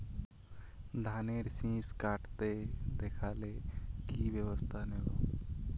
ধানের শিষ কাটতে দেখালে কি ব্যবস্থা নেব?